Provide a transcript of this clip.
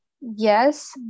Yes